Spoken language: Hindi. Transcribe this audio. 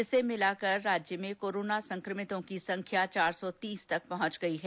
इसे मिलाकर प्रदेश में कोरोना संक्रमितों की संख्या चार सौ तीस तक पहुंच गई है